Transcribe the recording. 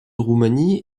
roumanie